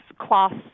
cloths